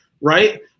right